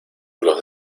los